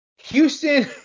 Houston